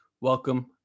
Welcome